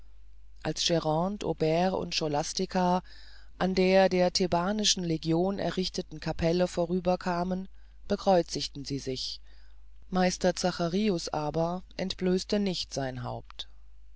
als grande aubert und scholastica an der der thebanischen legion errichteten capelle vorüberkamen bekreuzten sie sich meister zacharius aber entblößte nicht sein haupt